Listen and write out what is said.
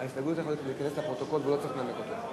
ההסתייגות יכולה להיכנס לפרוטוקול והוא לא צריך לנמק אותה.